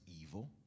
evil